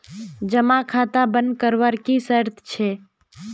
जमा खाता बन करवार की शर्त छे?